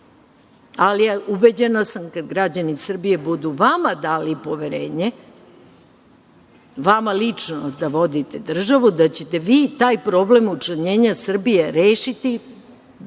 Ali, ubeđena sam, kada građani Srbije budu vama dali poverenje, vama lično da vodite državu, da ćete vi taj problem učlanjenja Srbije rešiti